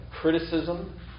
criticism